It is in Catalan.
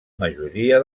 majoria